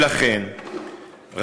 ולכן,